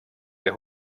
der